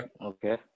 Okay